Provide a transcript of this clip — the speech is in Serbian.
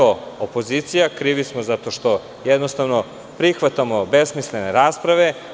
Opozicija, krivi smo zato što prihvatimo besmislene rasprave.